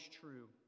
true